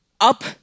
up